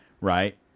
right